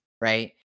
Right